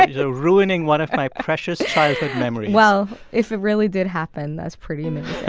ah you're ruining one of my precious childhood memories well, if it really did happen, that's pretty amazing